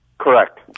Correct